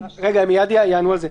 הם מייד יענו על זה.